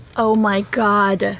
oh, my god.